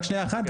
רק שניה אחת,